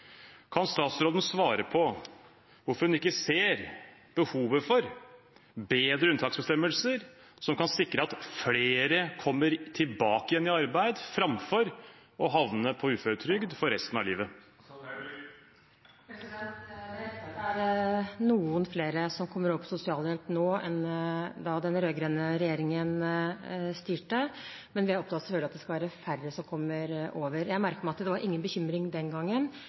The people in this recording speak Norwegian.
Kan statsråden svare på hvorfor hun ikke ser behovet for bedre unntaksbestemmelser som kan sikre at flere kommer tilbake igjen i arbeid, framfor å havne på uføretrygd for resten av livet? Det er riktig at det er noen flere som kommer over på sosialhjelp nå enn da den rød-grønne regjeringen styrte, men vi er selvfølgelig opptatt av at det er færre som kommer over. Jeg merket meg at det var ingen bekymring den gangen,